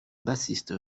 bassiste